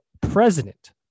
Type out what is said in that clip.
president